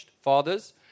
fathers